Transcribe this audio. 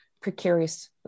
precarious